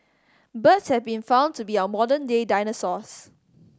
birds have been found to be our modern day dinosaurs